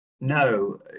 No